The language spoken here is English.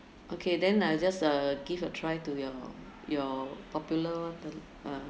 okay then I just uh give a try to your your popular uh